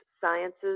sciences